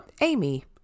Amy